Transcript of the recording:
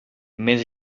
més